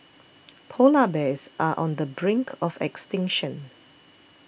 Polar Bears are on the brink of extinction